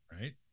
Right